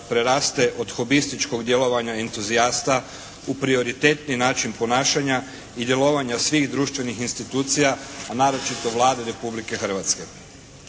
preraste od hobističkog djelovanja entuzijasta u prioritetni način ponašanja i djelovanja svih društvenih institucija, a naročito Vlade Republike Hrvatske.